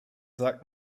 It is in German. sagt